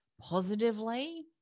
positively